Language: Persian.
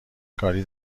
کاری